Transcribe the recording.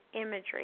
imagery